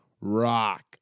rock